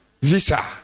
visa